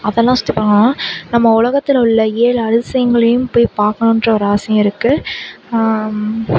அதெலாம் சுற்றி பார்க்கணுனு நம்ம உலகத்தில் உள்ள ஏழு அதிசயங்களையும் போய் பார்க்கணுன்ற ஒரு ஆசையும் இருக்குது